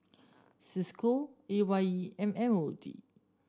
Cisco A Y E and M O D